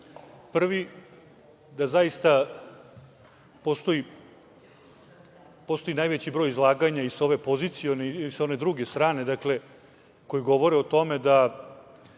Prvi, da zaista postoji najveći broj izlaganja i sa ove pozicione i sa one druge strane koji govore o tome da